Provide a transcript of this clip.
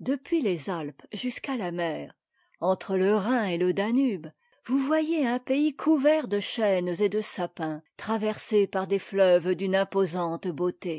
depuis les alpes jusqu'à la mer entre le rhin et le danube vous voyez un pays couvert de chênes et de sapins traversé par des fleuves d'une imposante beauté